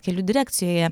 kelių direkcijoje